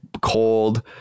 cold